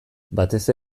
batez